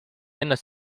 ennast